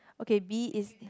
okay B is